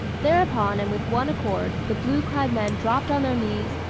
thereupon and with one accord the blue-clad men dropped on their knees,